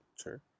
Sure